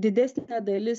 didesnė dalis